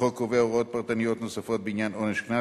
החוק קובע הוראות פרטניות נוספות בעניין עונש קנס,